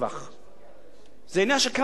זה עניין של כמה מיליארדים ביד של המדינה.